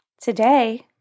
today